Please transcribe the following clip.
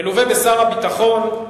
מלווה בשר הביטחון,